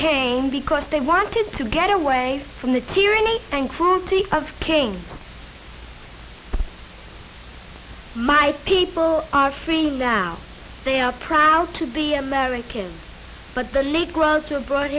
came because they wanted to get away from the tyranny and cruelty of pigs it's my people are free now they are proud to be americans but the negroes were brought